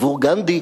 עבור גנדי,